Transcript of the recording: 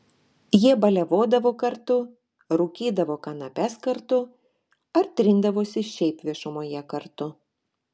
jie baliavodavo kartu rūkydavo kanapes kartu ar trindavosi šiaip viešumoje kartu